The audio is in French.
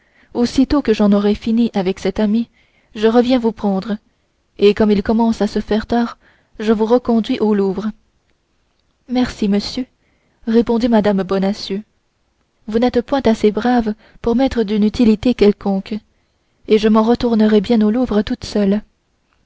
aussitôt que j'en aurai fini avec cet ami je reviens vous prendre et comme il commence à se faire tard je vous reconduis au louvre merci monsieur répondit mme bonacieux vous n'êtes point assez brave pour m'être d'une utilité quelconque et je m'en retournerai bien au louvre toute seule